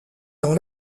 dans